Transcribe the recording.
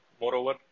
moreover